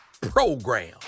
Program